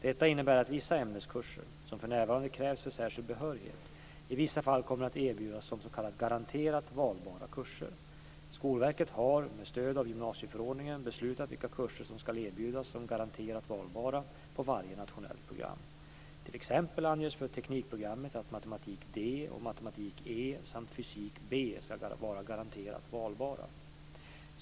Detta innebär att vissa ämneskurser, som för närvarande krävs för särskild behörighet, i vissa fall kommer att erbjudas som s.k. garanterat valbara kurser. Skolverket har - med stöd av gymnasieförordningen - beslutat vilka kurser som ska erbjudas som garanterat valbara på varje nationellt program. T.ex. anges för teknikprogrammet att matematik D och matematik E samt fysik B ska vara garanterat valbara.